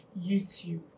youtube